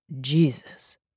Jesus